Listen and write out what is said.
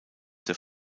der